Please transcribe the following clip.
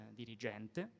dirigente